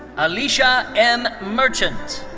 alishah m. merchant.